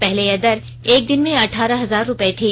पहले यह दर एक दिन में अठारह हजार रूपये थी